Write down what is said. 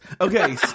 Okay